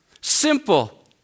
Simple